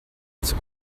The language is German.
ins